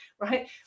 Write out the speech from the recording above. right